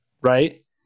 right